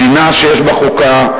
מדינה שיש בה חוקה,